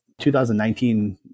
2019